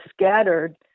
scattered